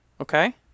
Okay